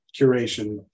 curation